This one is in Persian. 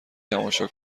تماشا